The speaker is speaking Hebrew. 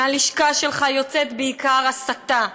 מהלשכה שלך יוצאת בעיקר הסתה.